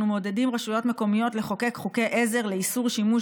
אנחנו מעודדים רשויות מקומיות לחוקק חוקי עזר לאיסור שימוש